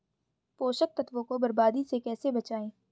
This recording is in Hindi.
पोषक तत्वों को बर्बादी से कैसे बचाएं?